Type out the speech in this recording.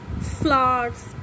flowers